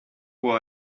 who